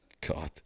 god